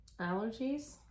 Allergies